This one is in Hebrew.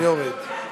אני מבקש.